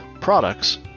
products